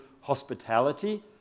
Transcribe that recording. hospitality